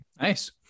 Nice